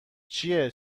چیه